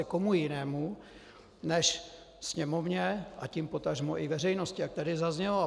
Komu jinému než Sněmovně, a tím potažmo i veřejnosti, jak tady zaznělo?